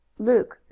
luke,